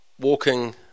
walking